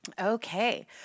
Okay